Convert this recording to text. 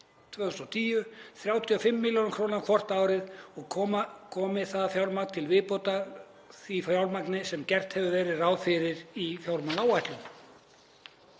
233/2010, 35 millj. kr. hvort ár, og komi það fjármagn til viðbótar því fjármagni sem gert hefur verið ráð fyrir í fjármálaáætlun.